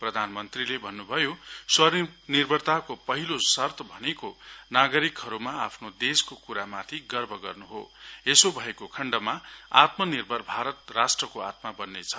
प्रधान मन्त्रीले भन्नु भयो स्व निर्भरताले पहिलो शर्त भनेको नागरिकहरुमा आफ्नो देशको कुरामाथि गर्व गर्नु हो यसो भएको खण्डमा आत्मा निर्भर भारत राष्ट्रको आत्मा बन्नेछ